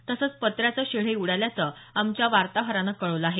तसंच पत्र्याचे शेडही उडाल्याचं आमच्या वार्ताहरानं कळवलं आहे